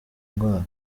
ndwara